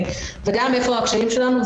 וגם איפה הקשיים שלנו.